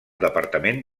departament